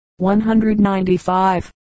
195